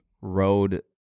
road